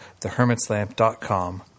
thehermitslamp.com